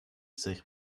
sich